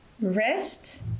rest